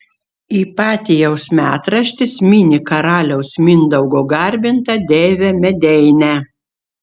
ipatijaus metraštis mini karaliaus mindaugo garbintą deivę medeinę